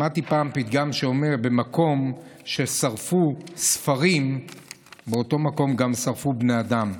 שמעתי פעם פתגם שאומר: "במקום שבו שורפים ספרים ישרפו בני אדם",